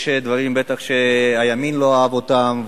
יש דברים שהימין לא אהב אותם,